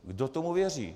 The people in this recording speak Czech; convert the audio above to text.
Kdo tomu věří?